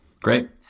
Great